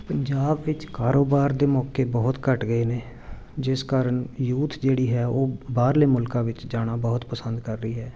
ਪੰਜਾਬ ਵਿੱਚ ਕਾਰੋਬਾਰ ਦੇ ਮੌਕੇ ਬਹੁਤ ਘੱਟ ਗਏ ਨੇ ਜਿਸ ਕਾਰਨ ਯੂਥ ਜਿਹੜੀ ਹੈ ਉਹ ਬਾਹਰਲੇ ਮੁਲਕਾਂ ਵਿੱਚ ਜਾਣਾ ਬਹੁਤ ਪਸੰਦ ਕਰ ਰਹੀ ਹੈ